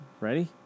Ready